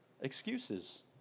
excuses